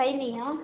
अएली हँ